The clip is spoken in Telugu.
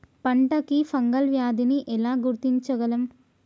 పంట కి ఫంగల్ వ్యాధి ని ఎలా గుర్తించగలం?